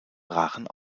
brachen